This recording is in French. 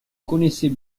connaissait